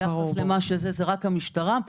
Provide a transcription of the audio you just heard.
זו רק המשטרה.